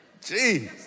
Jeez